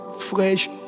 fresh